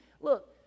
Look